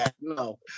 No